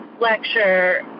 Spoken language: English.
lecture